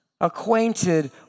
acquainted